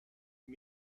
you